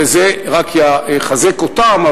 וזה רק יחזק אותם.